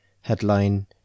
Headline